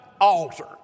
altar